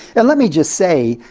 and let me just say,